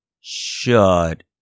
shut